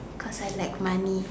because I like money